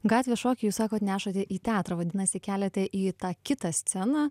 gatvės šokį jūs sakot nešate į teatrą vadinasi keliate į tą kitą sceną